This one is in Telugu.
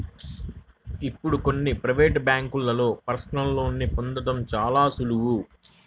ఇప్పుడు కొన్ని ప్రవేటు బ్యేంకుల్లో పర్సనల్ లోన్ని పొందడం చాలా సులువు